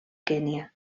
kenya